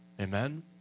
Amen